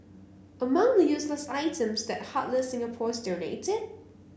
among the useless items that heartless Singaporeans donated